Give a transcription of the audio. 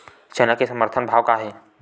चना के समर्थन भाव का हे?